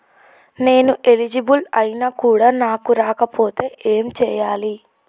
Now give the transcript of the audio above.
నేను ఎలిజిబుల్ ఐనా కూడా నాకు రాకపోతే ఏం చేయాలి?